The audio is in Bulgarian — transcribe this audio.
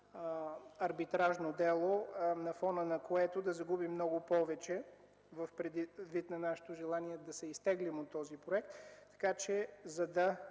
арбитражно дело, на фона на което да загубим много повече, предвид на нашето желание да се оттеглим от този проект. Така че, за да